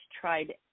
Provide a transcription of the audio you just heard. tried